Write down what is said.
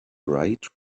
bright